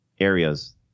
areas